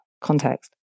context